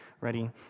ready